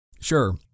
Sure